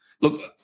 look